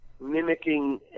mimicking